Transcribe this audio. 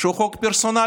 שהוא חוק פרסונלי,